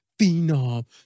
phenom